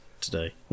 today